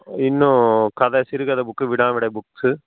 இன்னும் கதை சிறுகதை புக்கு வினாவிடை புக்ஸு